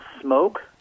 smoke